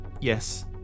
Yes